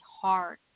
hard